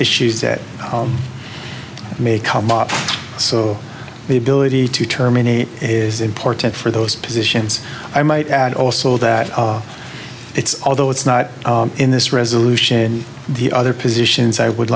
issues that may come up so the ability to terminate is important for those positions i might add also that it's although it's not in this resolution the other positions i would